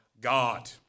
God